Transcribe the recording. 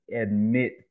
admit